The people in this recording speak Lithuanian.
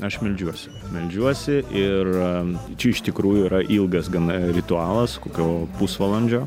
aš meldžiuosi meldžiuosi ir čia iš tikrųjų yra ilgas gana ritualas kokio pusvalandžio